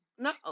No